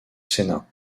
sénat